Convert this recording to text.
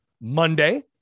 Monday